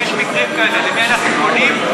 כשיש מקרים כאלה למי אנחנו פונים?